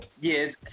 Yes